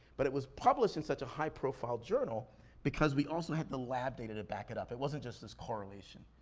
but it was published in such a high-profile journal because we also had the lab data to back it up. it wasn't just this correlation,